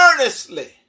Earnestly